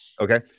Okay